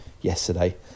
yesterday